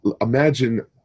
Imagine